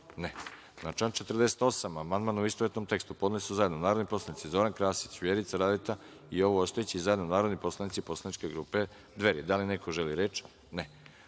(Ne)Na član 48. amandman, u istovetnom tekstu, podneli su zajedno narodni poslanici Zoran Krasić, Vjerica Radeta i Jovo Ostojić, i zajedno narodni poslanici Poslaničke grupe Dveri. Da li neko želi reč?